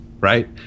right